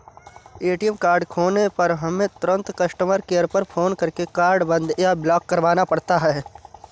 ATM card खोने पर हमें तुरंत कस्टमर केयर पर फ़ोन करके कार्ड बंद या ब्लॉक करवाना पड़ता है